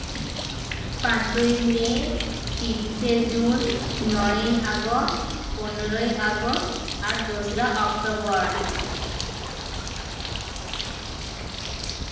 ᱯᱟᱸᱪᱚᱭ ᱢᱮ ᱛᱤᱨᱤᱥᱮ ᱡᱩᱱ ᱱᱚᱭᱮ ᱟᱜᱚᱥᱴ ᱯᱚᱱᱮᱨᱚᱭ ᱟᱜᱚᱥᱴ ᱟᱨ ᱫᱚᱥᱨᱟ ᱚᱠᱴᱳᱵᱚᱨ